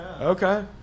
Okay